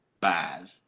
bad